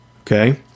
Okay